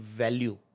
value